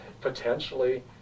potentially